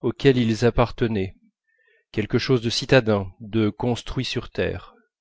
auxquels ils appartenaient quelque chose de citadin de construit sur terre